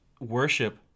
worship